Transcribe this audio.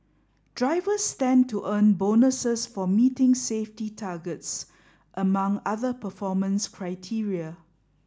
drivers stand to earn bonuses for meeting safety targets among other performance criteria